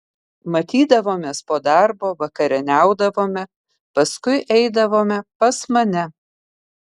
matydavomės po darbo vakarieniaudavome paskui eidavome pas mane